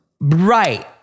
Right